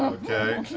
okay,